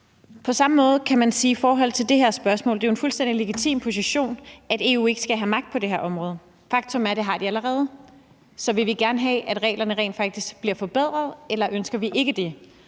legitim position, at EU ikke skal have magt på det her område. Faktum er, at det har de allerede. Så vil vi gerne have, at reglerne rent faktisk bliver forbedret, eller ønsker vi ikke det?